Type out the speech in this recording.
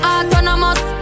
Autonomous